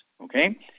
Okay